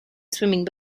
swimming